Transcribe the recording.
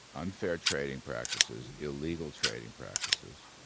unfair trading practices, illegal trading practices,